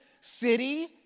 city